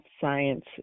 Science